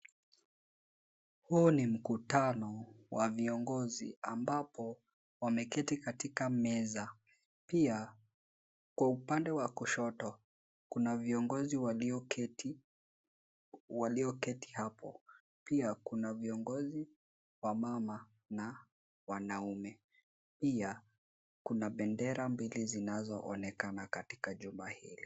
Huu ni mkutano wa viongozi ambapo wameketi katika meza. Pia kwa upande wa kushoto, kuna viongozi walioketi hapo. Pia kuna viongozi wamama na wanaume. Pia kuna bendera mbili zinazoonekana katika jumba hili.